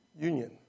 union